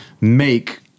make